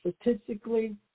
Statistically